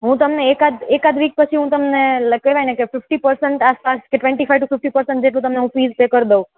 હું તમને એક આદ એક આદ વીક પછી હું તમને કહેવાયને કે fifty percent twenty five to fifty percent જેટલું હું તમને ફીસ પે કરી દઉં